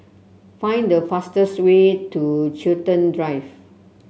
find the fastest way to Chiltern Drive